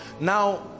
now